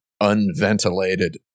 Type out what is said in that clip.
unventilated